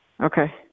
okay